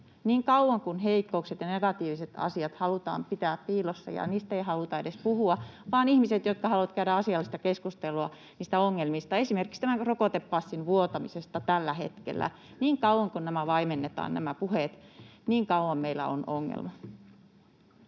Niin kauan kuin heikkoudet ja negatiiviset asiat halutaan pitää piilossa ja niistä ei haluta edes puhua, vaan niiden ihmisten puheet, jotka haluavat käydä asiallista keskustelua niistä ongelmista, esimerkiksi tämän rokotepassin vuotamisesta tällä hetkellä, vaimennetaan, niin kauan meillä on ongelma.